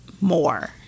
more